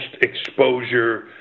exposure